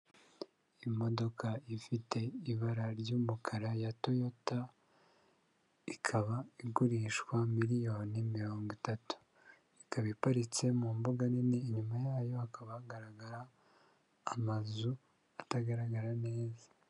Imodoka ifite ibara ry'umukara ya toyota ikaba igurishwa miliyoni mirongo itatu, ikaba iparitse mu mbuga nini, inyuma yayo hakaba hagaragara amazu atagaragara neza.